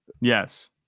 Yes